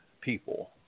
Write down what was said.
people